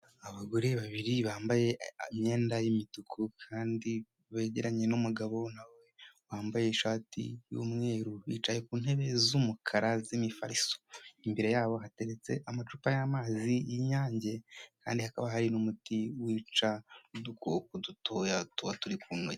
Abagore babiri bambaye imyenda y'imituku kandi begeranye n'umugabo wambaye ishati y'umweru bicaye ku ntebe z'umukara z'imifariso, imbere yabo hateretse amacupa y'amazi y'inyange kandi hakaba hari n'umuti wica udukoko dutoya tuba turi ku ntoki.